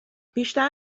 بیشتر